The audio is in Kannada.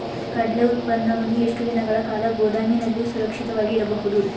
ಕಡ್ಲೆ ಉತ್ಪನ್ನವನ್ನು ಎಷ್ಟು ದಿನಗಳ ಕಾಲ ಗೋದಾಮಿನಲ್ಲಿ ಸುರಕ್ಷಿತವಾಗಿ ಇಡಬಹುದು?